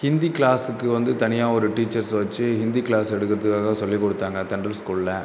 ஹிந்தி க்ளாஸுக்கு வந்து தனியாக ஒரு டீச்சர்ஸ் வச்சு ஹிந்தி க்ளாஸ் எடுக்கறதுக்காக சொல்லி கொடுத்தாங்க தென்றல் ஸ்கூலில்